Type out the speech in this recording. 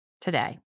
today